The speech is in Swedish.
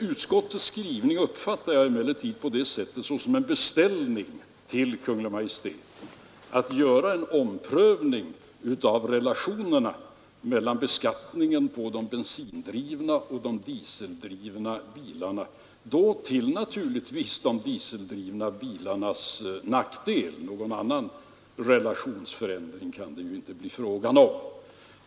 Utskottets skrivning uppfattar jag emellertid såsom en beställning till Kungl. Maj:t att göra en omprövning av relationerna när det gäller beskattningen mellan de bensindrivna och de dieseldrivna bilarna — då naturligtvis till de dieseldrivna bilarnas nackdel. Någon annan relationsförändring kan det ju inte bli fråga om.